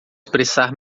expressar